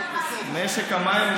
משק המים.